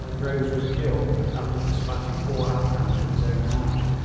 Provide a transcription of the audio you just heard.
rose was killed, after despatching four afghans with his own hand.